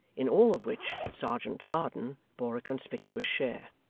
in all of which serjeant varden bore a conspicuous share.